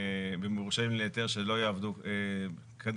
במורשה להיתר שלא יעבוד כנדרש,